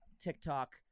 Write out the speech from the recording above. TikTok